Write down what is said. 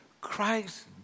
Christ